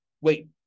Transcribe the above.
wait